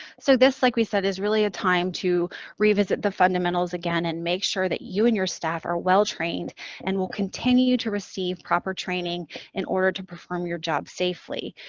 so, this, like we said, is really a time to revisit the fundamentals again and make sure that you and your staff are well-trained and will continue to receive proper training in order to perform your job safely.